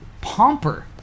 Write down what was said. Pomper